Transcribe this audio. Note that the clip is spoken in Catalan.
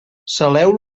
saleu